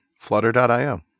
Flutter.io